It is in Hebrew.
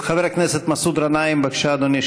חבר הכנסת מסעוד גנאים, בבקשה, אדוני.